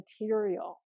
material